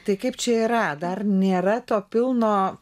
tai kaip čia yra dar nėra to pilno